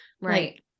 Right